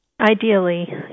Ideally